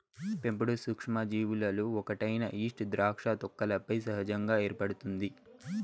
పెంపుడు సూక్ష్మజీవులలో ఒకటైన ఈస్ట్ ద్రాక్ష తొక్కలపై సహజంగా ఏర్పడుతుంది